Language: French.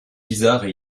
bizarres